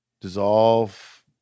dissolve